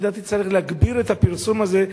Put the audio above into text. לדעתי צריך להגביר את הפרסום הזה,